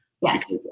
Yes